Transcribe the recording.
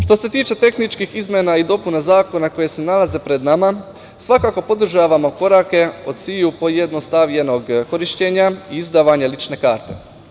Što se tiče tehničkih izmena i dopuna zakona koji se nalaze pred nama, svakako podržavamo korake od sviju pojednostavljenog korišćenja i izdavanja lične karte.